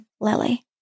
lily